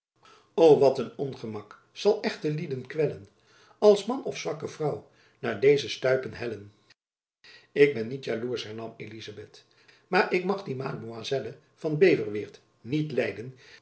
wat een ongemack sal echte lieden quellen als man of swacke vrou naer dese stuypen hellen ik ben niet jaloersch hernam elizabeth maar ik mag die mademoiselle van beverweert niet lijden